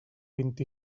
vint